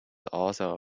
also